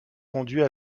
conduits